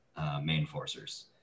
mainforcers